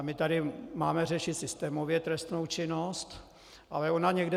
My tady máme řešit systémově trestnou činnost, ale ona někde začíná.